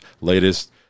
latest